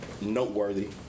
noteworthy